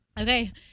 Okay